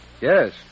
Yes